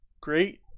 Great